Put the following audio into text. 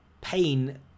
pain